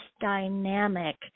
dynamic